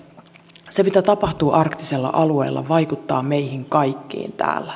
se mitä tapahtuu arktisella alueella vaikuttaa meihin kaikkiin täällä